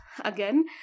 Again